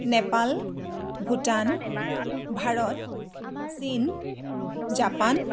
নেপাল ভূটান ভাৰত চীন জাপান